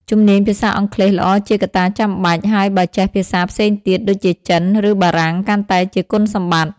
ជំនាញភាសាអង់គ្លេសល្អជាកត្តាចាំបាច់ ហើយបើចេះភាសាផ្សេងទៀតដូចជាចិន ឬបារាំង កាន់តែជាគុណសម្បត្តិ។